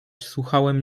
słuchałem